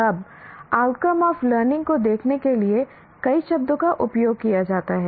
अब outcome of learning को देखने के लिए कई शब्दों का उपयोग किया जाता है